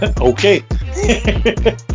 Okay